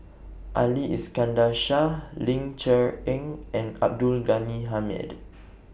Ali Iskandar Shah Ling Cher Eng and Abdul Ghani Hamid